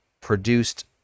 produced